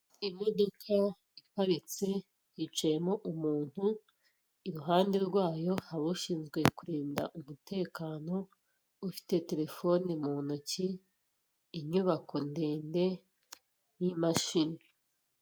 Ni imitako ikorwa n'abanyabugeni, imanitse ku rukuta rw'umukara ubusanzwe ibi byifashishwa mu kubitaka mu mazu, yaba ayo mu ngo ndetse n'ahatangirwamo serivisi.